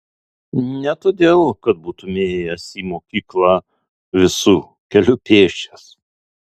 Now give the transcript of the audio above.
ne todėl kad būtumei ėjęs į mokyklą visu keliu pėsčias